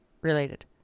related